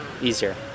easier